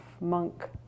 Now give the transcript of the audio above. monk